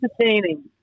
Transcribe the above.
entertaining